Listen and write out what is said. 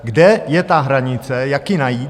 Kde je ta hranice, jak ji najít?